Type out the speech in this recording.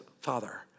father